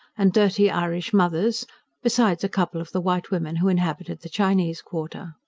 and dirty irish mothers besides a couple of the white women who inhabited the chinese quarter.